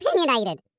opinionated